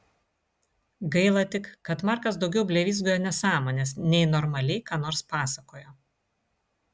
gaila tik kad markas daugiau blevyzgojo nesąmones nei normaliai ką nors pasakojo